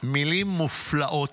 מילים מופלאות